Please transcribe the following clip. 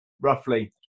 roughly